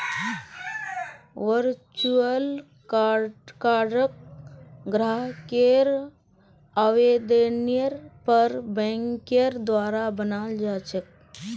virtual कार्डक ग्राहकेर आवेदनेर पर बैंकेर द्वारा बनाल जा छेक